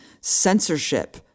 censorship